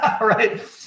right